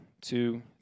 two